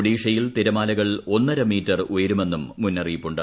ഒഡീഷയിൽ തിരമാലകൾ ഒന്നരമീറ്റർ ഉയരുമെന്നും മുന്നറിയിപ്പുണ്ട്